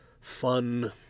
fun